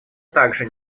также